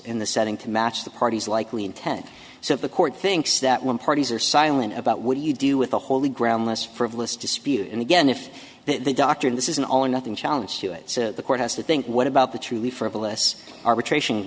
in the setting to match the party's likely intent so the court thinks that when parties are silent about what you do with a holy ground less frivolous dispute and again if they doctored this is an all or nothing challenge to it the court has to think what about the truly frivolous arbitration